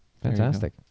Fantastic